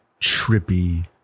trippy